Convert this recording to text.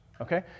Okay